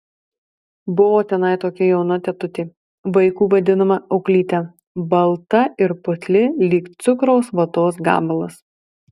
buvo tenai tokia jauna tetutė vaikų vadinama auklyte balta ir putli lyg cukraus vatos gabalas